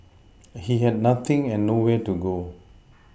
he had nothing and nowhere to go